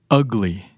ugly